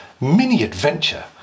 mini-adventure